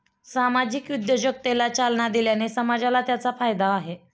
सामाजिक उद्योजकतेला चालना दिल्याने समाजाला त्याचा फायदा आहे